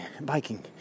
biking